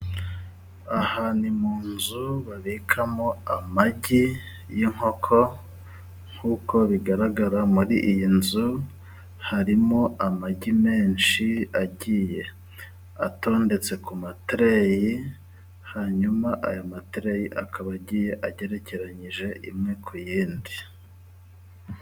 Aha ni mu nzu babikamo amagi y'inkoko, nk'uko bigaragara muri iyi nzu, harimo amagi menshi agiye atondetse ku matereyi, hanyuma aya matereyi akaba agiye agerekeranyije imwe ku yindi.